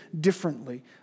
differently